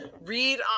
Read